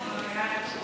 ההצעה להעביר את הצעת